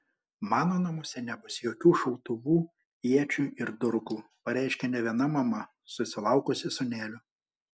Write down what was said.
mano namuose nebus jokių šautuvų iečių ir durklų pareiškia ne viena mama susilaukusi sūnelio